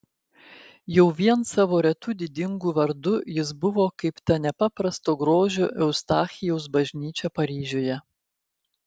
jau vien savo retu didingu vardu jis buvo kaip ta nepaprasto grožio eustachijaus bažnyčia paryžiuje